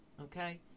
okay